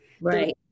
Right